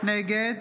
נגד